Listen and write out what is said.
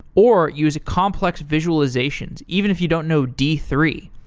or use complex visualizations even if you don't know d three.